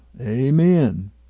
Amen